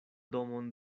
domon